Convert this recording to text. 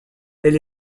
elle